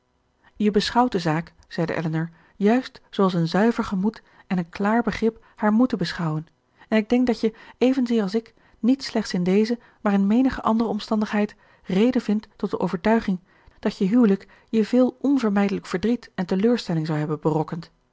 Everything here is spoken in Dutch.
je beschouwt de zaak zeide elinor juist zooals een zuiver gemoed en een klaar begrip haar moeten beschouwen en ik denk dat je evenzeer als ik niet slechts in deze maar in menige andere omstandigheid reden vindt tot de overtuiging dat je huwelijk je veel onvermijdelijk verdriet en teleurstelling zou hebben berokkend